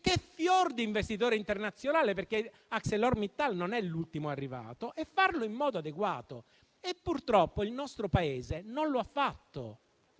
che fior di investitore internazionale, perché ArcelorMittal non è l'ultimo arrivato) e farlo in modo adeguato. Purtroppo, però, il nostro Paese non lo ha fatto.